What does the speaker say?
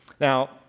Now